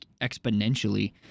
exponentially